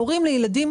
הורים לילדים